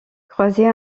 croiser